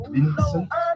Vincent